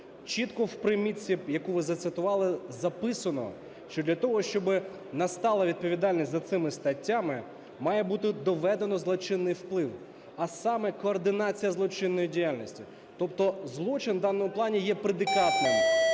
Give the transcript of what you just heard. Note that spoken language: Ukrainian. Чітко в примітці, яку ви зацитували, записано, що для того, щоб настала відповідальність за цими статтями, має бути доведено злочинний вплив, а саме: координація злочинної діяльності. Тобто злочин в даному плані є предикатним,